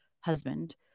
husband